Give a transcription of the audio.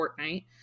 Fortnite